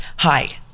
Hi